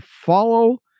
follow